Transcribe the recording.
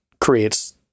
creates